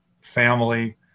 family